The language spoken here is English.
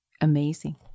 amazing